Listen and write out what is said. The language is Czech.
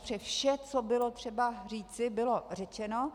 Protože vše, co bylo třeba říci, bylo řečeno.